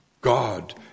God